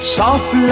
soft